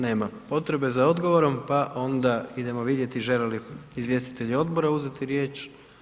nema potrebe za odgovorom pa onda idemo vidjeti žele li izvjestitelji odbora uzeti riječ?